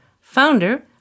founder